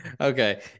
Okay